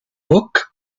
book